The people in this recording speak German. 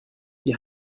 die